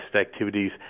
activities